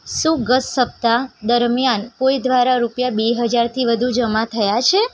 શું ગત સપ્તાહ દરમિયાન કોઈ દ્વારા રૂપિયા બે હજારથી વધુ જમા થયા છે